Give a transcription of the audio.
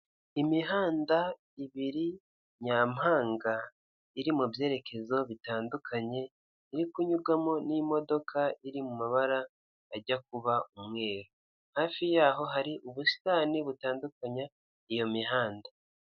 Imihanda ibiri Nyampanga iri mu byerekezo bitandukanye iri kunyurwamo n'imodoka iri mu mabara ajya kuba umweru, hafi yaho hari ubusitani butandukanya iyo mihanda.